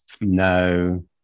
no